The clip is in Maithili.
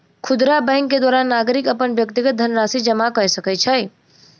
खुदरा बैंक के द्वारा नागरिक अपन व्यक्तिगत धनराशि जमा कय सकै छै